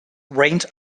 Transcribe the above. rained